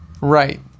Right